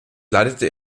leitete